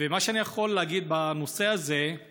מה שאני יכול להגיד בנושא הזה הוא